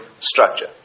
structure